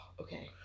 Okay